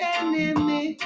enemy